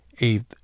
Eighth